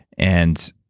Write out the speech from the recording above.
and